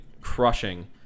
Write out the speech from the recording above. crushing –